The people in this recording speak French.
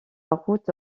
route